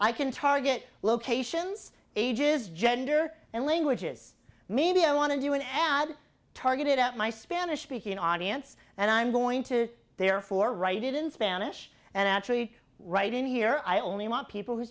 i can target locations ages gender and languages maybe i want to do an ad targeted at my spanish speaking audience and i'm going to therefore write it in spanish and actually write in here i only want people who